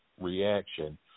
reaction